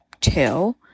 two